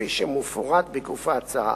כפי שמפורט בגוף ההצעה.